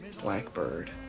Blackbird